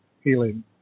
healing